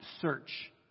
search